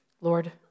Lord